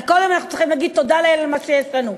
כי כל יום אנחנו צריכים להגיד תודה לאל על מה שיש לנו.